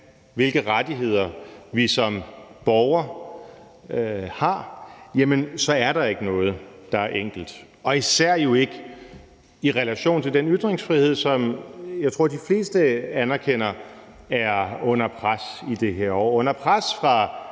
hvilke rettigheder vi som borgere har, er der ikke noget, der er enkelt, og især jo ikke i relation til den ytringsfrihed, som jeg tror de fleste anerkender er under pres i de her år – under pres fra